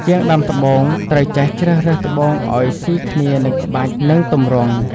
ជាងដាំត្បូងត្រូវចេះជ្រើសរើសត្បូងឲ្យស៊ីគ្នានឹងក្បាច់ និងទម្រង់។